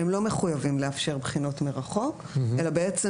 שהם לא מחויבים לאפשר בחינות מרחוק אלא בעצם